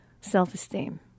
self-esteem